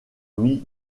mit